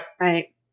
Right